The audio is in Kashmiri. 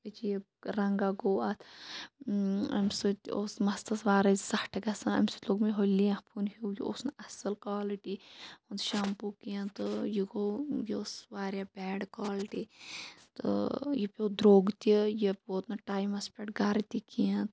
عجیٖب رنٛگہ گوٚو اَتھ اَمہِ سۭتۍ اوس مَستَس وارَے زَٹھ گژھان اَمہِ سۭتۍ لوٚگ مےٚ ہُہ لیفوُن ہیوٗ یہِ اوس نہٕ اَصٕل کالٕٹی مان ژٕ شَمپوٗ کِہیٖنۍ تہٕ یہِ گوٚو یہِ اوس واریاہ بیڈ کالٹی تہٕ یہِ پیوٚ درٛوٚگ تہِ یہِ ووت نہٕ ٹایمَس پٮ۪ٹھ گَرٕ تہِ کینٛہہ